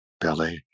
belly